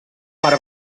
per